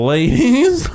Ladies